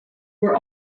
were